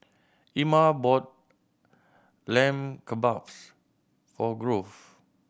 Ima bought Lamb Kebabs for Grove